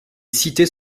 cités